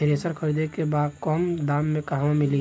Thresher खरीदे के बा कम दाम में कहवा मिली?